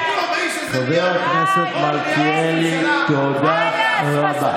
חבר הכנסת מלכיאלי, תודה רבה.